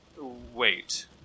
Wait